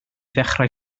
ddechrau